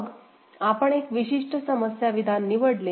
मग आपण एक विशिष्ट समस्या विधान निवडले